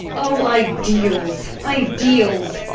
oh ideals, ideals!